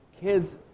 kids